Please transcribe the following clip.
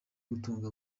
gutunga